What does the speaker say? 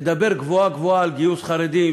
לדבר גבוהה-גבוהה על גיוס חרדים,